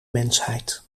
mensheid